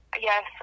Yes